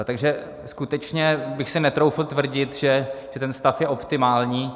Takže skutečně bych si netroufl tvrdit, že ten stav je optimální.